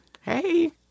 Hey